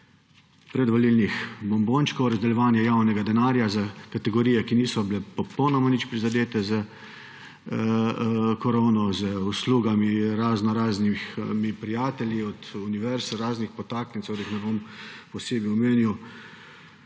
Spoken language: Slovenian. predvolilnih bombončkov, razdeljevanja javnega denarja za kategorije, ki niso bile popolnoma nič prizadete s korono, za usluge raznoraznim prijateljem, univerzam, raznim podtaknjencem, da jih ne bom posebej omenjal.